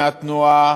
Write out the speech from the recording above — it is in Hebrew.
מהתנועה,